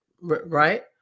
right